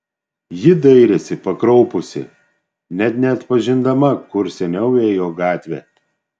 ji dairėsi pakraupusi net neatpažindama kur seniau ėjo gatvė